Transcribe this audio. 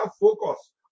focus